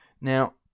Now